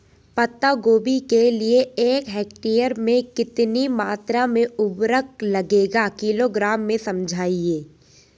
पत्ता गोभी के लिए एक हेक्टेयर में कितनी मात्रा में उर्वरक लगेगा किलोग्राम में समझाइए?